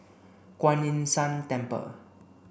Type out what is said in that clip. Kuan Yin San Temple